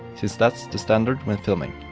that's the standard when filming.